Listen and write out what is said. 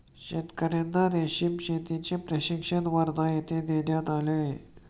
शेतकर्यांना रेशीम शेतीचे प्रशिक्षण वर्धा येथे देण्यात आले